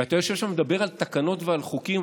ואתה יושב שם ומדבר על תקנות ועל חוקים,